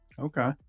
Okay